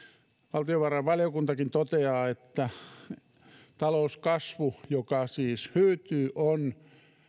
valtiovarainvaliokuntakin toteaa että talouskasvu joka siis hyytyy on